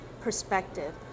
perspective